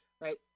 right